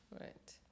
Right